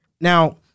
Now